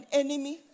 enemy